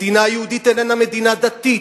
מדינה יהודית איננה מדינה דתית,